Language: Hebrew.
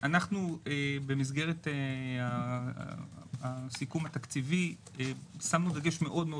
במסגרת הסיכום התקציבי שמנו דגש מאוד מאוד